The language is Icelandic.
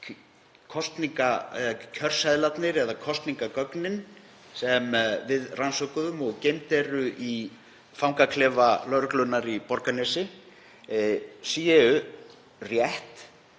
í efa að kjörseðlarnir eða kosningagögnin sem við rannsökuðum og geymd eru í fangaklefa lögreglunnar í Borgarnesi séu rétt.